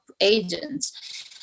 agents